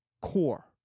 core